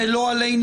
ולא עלינו,